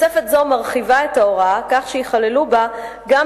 תוספת זו מרחיבה את ההוראה כך שייכללו בה גם